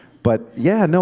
but yeah,